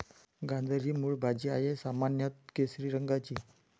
गाजर ही मूळ भाजी आहे, सामान्यत केशरी रंगाची